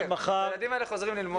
הילדים האלה חוזרים ללמוד.